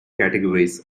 categories